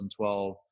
2012